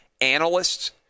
Analysts